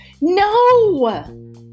No